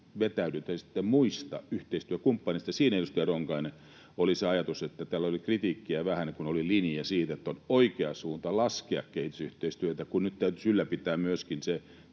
vetäydytä muista yhteistyökumppaneista. Siinä, edustaja Ronkainen, oli se ajatus, kun täällä oli vähän kritiikkiä siitä, että oli linja, että on oikea suunta laskea kehitysyhteistyötä, kun nyt täytyisi ylläpitää myöskin se